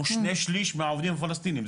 הוא שני שליש מהעובדים הפלסטינים,